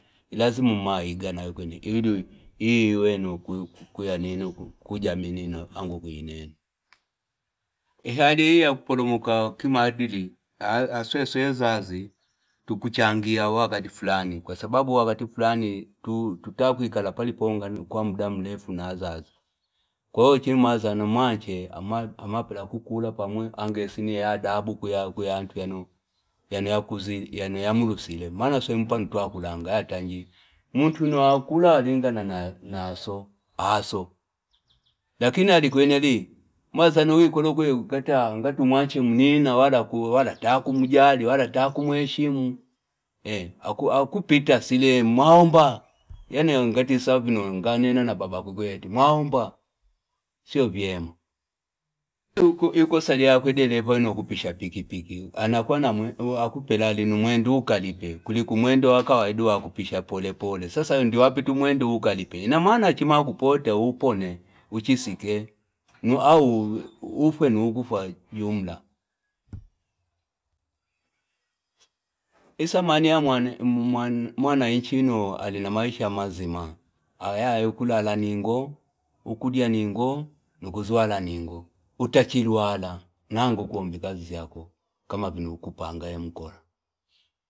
Ilazima nakwene umaiga kuyanina kujamii nina enge kuinena hali iyo ya kupolomoka kimaadili asweswe azazi tukuchangia wakati Fulani kwasababu wakati Fulani tutakwikala paliponga kwa muda mrefu na azazi kwahiyo chino umazana mwache amapela kukula pamwi enge asani adabu kuyandu yano yamulusile manaswemi twakulanga yatangi mutu uno wakulawalingana na so aso lakini yalikwene liumazana wikolo kwene ngoti mwache munina na wala atakumujali wala kumweshimu eh, akupata sile mwaombamyani ngati isawa vino anganena na babakwe kweni ati mwaomba sio vyema ikosa lakwe dereva uno akupisha pikipiki, anakua na mweno akupela ali numwendo akalipe kuliko mwendo wa kawaida wa kupisha polepole sasa niwapi tumwendo ukalipe inamanaa chima kupota upone uchisike au ufwe nakufwa jumla, ithamani ya mwan- mwana mwanainchi uno ali na Maisha mazima ayaya kulala ningo, ukulya ningo, nukuzwara ningo, utuchilwala enge ukuomba kazi zyako kama vino kupanga wamukola.